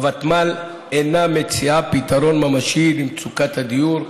הוותמ"ל אינה מציעה פתרון ממשי למצוקת הדיור,